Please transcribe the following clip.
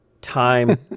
time